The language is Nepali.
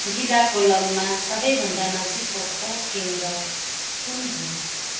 जिल्ला कोल्लममा सबैभन्दा नजिकको खोप केन्द्र कुन हो